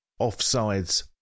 Offsides